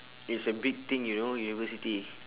it's a big thing you know university